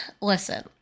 listen